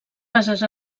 bases